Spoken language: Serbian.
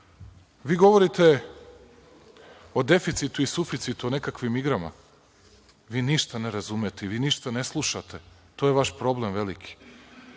odluka. Govorite o deficitu i suficitu i nekakvim igrama. Vi ništa ne razumete, vi ništa ne slušate. To je vaš veliki